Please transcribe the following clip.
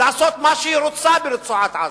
לעשות מה שהיא רוצה ברצועת-עזה.